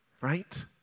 right